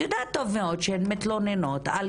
את יודעת טוב מאוד שהן מתלוננות גם על